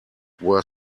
were